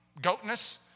goatness